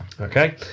Okay